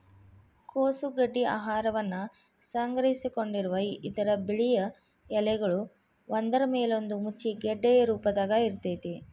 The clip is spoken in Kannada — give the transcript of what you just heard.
ಕೋಸು ಗಡ್ಡಿ ಆಹಾರವನ್ನ ಸಂಗ್ರಹಿಸಿಕೊಂಡಿರುವ ಇದರ ಬಿಳಿಯ ಎಲೆಗಳು ಒಂದ್ರಮೇಲೊಂದು ಮುಚ್ಚಿ ಗೆಡ್ಡೆಯ ರೂಪದಾಗ ಇರ್ತೇತಿ